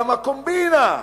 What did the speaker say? גם הקומבינה: